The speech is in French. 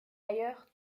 ailleurs